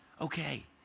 Okay